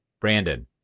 Brandon